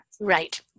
right